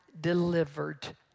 delivered